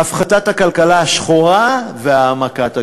"הפחתת הכלכלה השחורה והעמקת הגבייה".